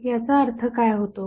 याचा अर्थ काय होतो